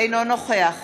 אינו נוכח